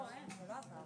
) אני לא קוראת